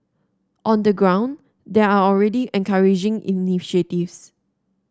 on the ground there are already encouraging initiatives